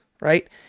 right